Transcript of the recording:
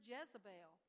Jezebel